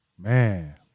Man